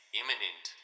imminent